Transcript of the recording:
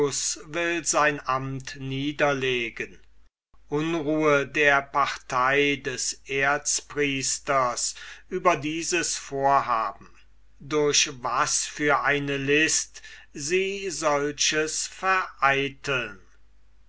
will sein amt niederlegen unruhe der partei des erzpriesters über dieses vorhaben durch was für eine list sie solches vereiteln